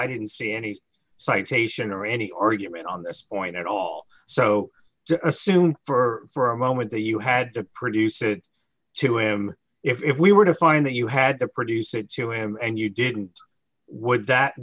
i didn't see any citation or any argument on this point at all so assume for a moment that you had to produce it to him if we were to find that you had to produce it to him and you didn't would that